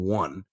one